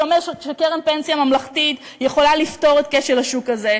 שאומר שקרן פנסיה ממלכתית יכולה לפתור את כשל השוק הזה.